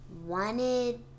wanted